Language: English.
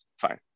Fine